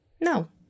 no